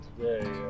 today